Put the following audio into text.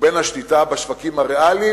ובין השליטה בשווקים הריאליים,